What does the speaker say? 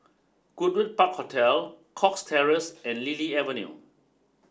Goodwood Park Hotel Cox Terrace and Lily Avenue